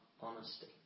honesty